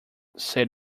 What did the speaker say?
said